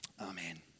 Amen